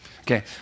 Okay